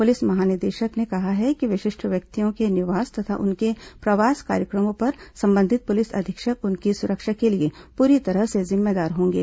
police महानिदेशक ने कहा है कि विशिष्ट व्यक्तियों के निवास तथा उनके प्रवास कार्यक्रमों पर संबंधित पुलिस अधीक्षक उनकी सुरक्षा के लिए पूरी तरह से जिम्मेदार होंगे